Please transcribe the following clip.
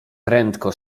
prędko